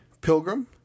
pilgrim